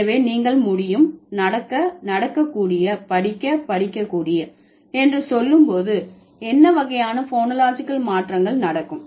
எனவே நீங்கள் முடியும் நடக்க நடக்கக்கூடிய படிக்க படிக்கக்கூடிய என்று சொல்லும் போது என்ன வகையான போனோலாஜிகல் மாற்றங்கள் நடக்கும்